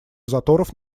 заторов